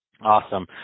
Awesome